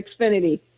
Xfinity